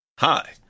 Hi